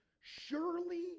surely